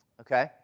Okay